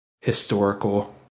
historical